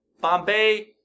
Bombay